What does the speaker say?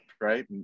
right